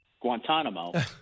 Guantanamo